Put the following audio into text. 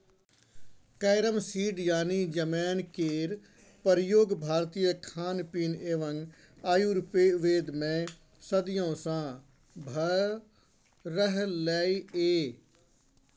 carrom seed यानी जमैन केर प्रयोग भारतीय खानपीन एवं आयुर्वेद मे सदियों सँ भ रहलैए